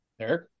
Eric